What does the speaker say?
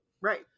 Right